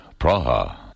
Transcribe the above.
Praha